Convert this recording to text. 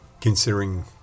considering